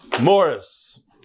Morris